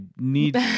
need